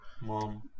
mom